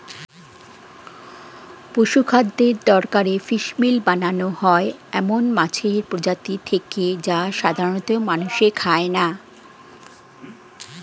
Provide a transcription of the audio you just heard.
পশুখাদ্যের দরকারে ফিসমিল বানানো হয় এমন মাছের প্রজাতি থেকে যা সাধারনত মানুষে খায় না